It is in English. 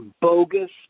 bogus